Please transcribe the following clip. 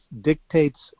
dictates